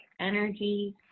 energy